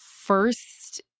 first